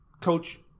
Coach